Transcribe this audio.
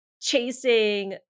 chasing